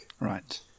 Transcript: Right